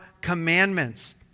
commandments